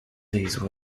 these